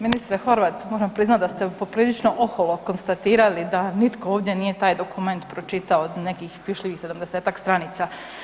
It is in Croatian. Ministre Horvat, moram priznati da ste poprilično oholo konstatirali da nitko ovdje nije taj dokument pročitao nekih pišljivih 70-tak stranica.